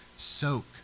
soak